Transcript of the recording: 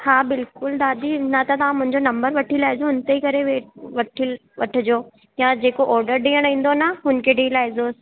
हा बिल्कुलु दादी न त तव्हां मुंहिंजो नंबर वठी लाहिजो उन ते ई करे वेठ वठ वठजो या जेको ऑडर ॾेअण ईंदो न हुनखे ॾेई लाहिजो